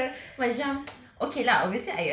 but ya like the macam